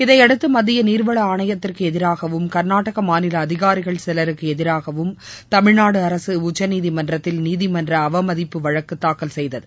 இதை அடுத்து மத்திய நீர்வள ஆணையத்திற்கு எதிராகவும் கள்நாடக மாநில அதிகாரிகள் சிலருக்கு எதிராகவும் தமிழ்நாடு அரசு உச்சநீதிமன்றத்தில் நீதிமன்ற அவமதிப்பு வழக்கு தாக்கல் செய்தது